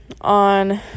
on